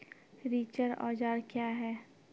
रिचर औजार क्या हैं?